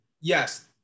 Yes